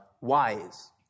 wise